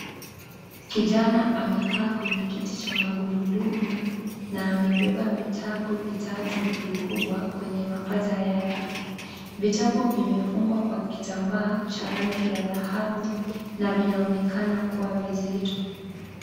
Kijana ameaa kwenye kiti cha magurudumu na amebeba vitabu vitatu vikubwa kwenye mapaja yake . Vitabu vimefungwa kwa kitambaa cha rangi ya dhahabu na vinaonekana kuwa vizito.